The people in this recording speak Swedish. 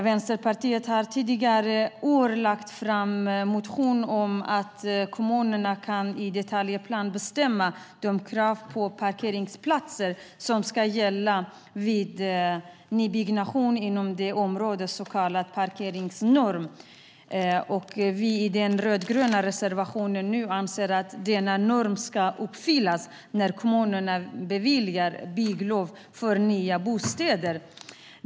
Vänsterpartiet har tidigare år väckt motioner om att kommunerna i detaljplanen kan bestämma de krav på parkeringsplatser som ska gälla vid nybyggnation inom ett område, en så kallad parkeringsnorm. Vi anser nu i den rödgröna reservationen att denna norm ska uppfyllas när kommunen beviljar bygglov för nya bostäder.